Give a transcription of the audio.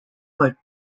but